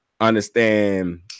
understand